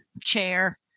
chair